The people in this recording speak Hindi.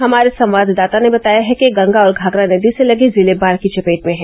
हमारे संवाददाता ने बताया है कि गंगा और घोघरा नदी से लगे जिले बाढ़ की चपेट में हैं